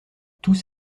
tous